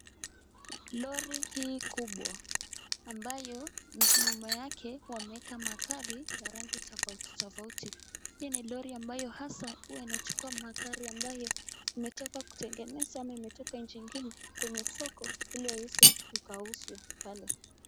Lori hii kubwa ambayo nyuma yake wameweka magari ya rangi tofauti tofauti. Hii ni lori ambayo hasa huwa inachukua magari ambayo imetoka kutengenezwa ama imetoka nchi ngine kwenye soko ili waweze ikauzwe pale.